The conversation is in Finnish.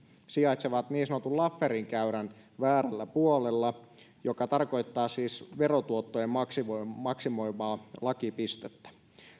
sijaitsevat niin sanotun lafferin käyrän väärällä puolella joka tarkoittaa siis verotuotot maksimoivaa maksimoivaa lakipistettä